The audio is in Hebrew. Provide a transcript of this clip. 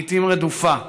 לעיתים רדופה,